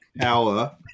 hour